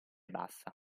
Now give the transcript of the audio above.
bassa